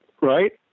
right